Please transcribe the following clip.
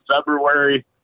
February